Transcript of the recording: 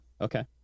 Okay